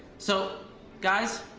so guys,